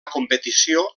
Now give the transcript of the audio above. competició